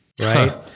Right